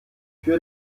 für